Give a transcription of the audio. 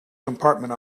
compartment